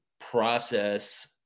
process